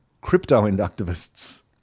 crypto-inductivists